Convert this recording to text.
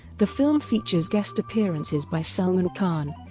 the film features guest appearances by salman khan,